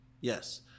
Yes